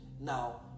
now